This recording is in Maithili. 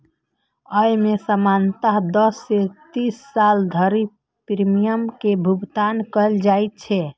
अय मे सामान्यतः दस सं तीस साल धरि प्रीमियम के भुगतान कैल जाइ छै